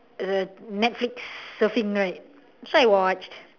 is a netflix surfing right so I watched